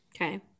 Okay